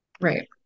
right